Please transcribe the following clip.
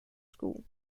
school